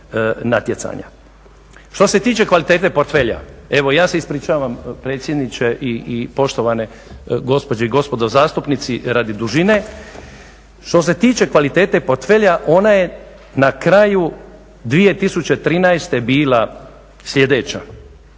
Što se tiče kvalitete portfelja ona je na kraju 2013. bila sljedeća: